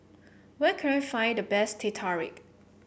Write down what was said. where can I find the best Teh Tarik